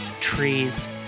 trees